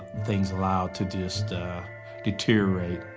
things allowed to just deteriorate.